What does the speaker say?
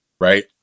right